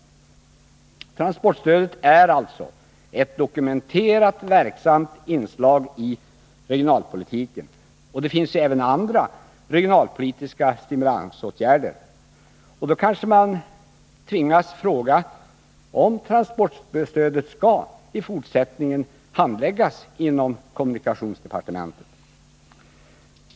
Transportstödet är alltså ett dokumenterat verksamt inslag i regionalpolitiken. Det finns även andra regionalpolitiska stimulansåtgärder. Man kanske tvingas fråga om transportstödet skall handläggas inom kommunikationsdepartementet i fortsättningen.